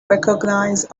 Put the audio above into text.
recognize